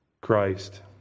Christ